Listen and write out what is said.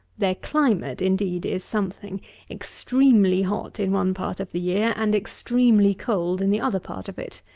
their climate indeed, is something extremely hot in one part of the year, and extremely cold in the other part of it.